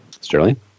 Sterling